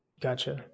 gotcha